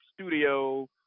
studio